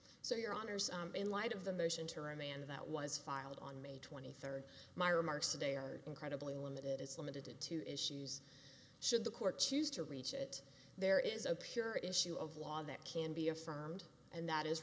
so your honour's in light of the motion to remand that was filed on may twenty third my remarks today are incredibly limited it's limited to issues should the court choose to reach it there is a pure issue of law that can be affirmed and that is